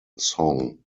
song